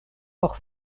por